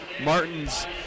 martin's